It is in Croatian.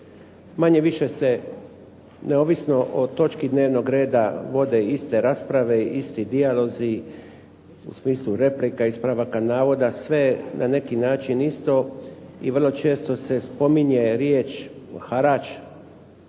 manje-više se neovisno o točki dnevnog reda vode iste rasprave, isti dijalozi u smislu replika, ispravaka navoda, sve na neki način isto i vrlo često se spominje riječ harač